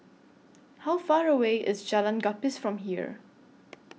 How Far away IS Jalan Gapis from here